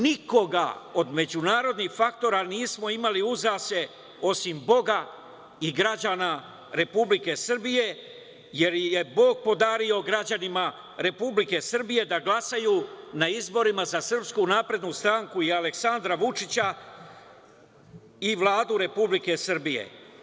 Nikoga od međunarodnih faktora nismo imali uza sebe, osim Boga i građana Republike Srbije, jer je Bog podario građanima Republike Srbije da glasaju na izborima za SNS i Aleksandra Vučića i Vladu Republike Srbije.